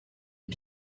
des